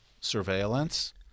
surveillance